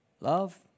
love